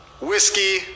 whiskey